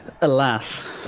alas